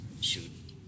shoot